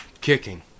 kicking